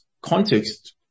context